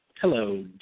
Hello